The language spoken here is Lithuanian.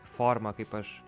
formą kaip aš